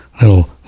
little